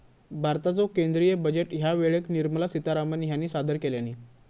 भारताचो केंद्रीय बजेट ह्या वेळेक निर्मला सीतारामण ह्यानी सादर केल्यानी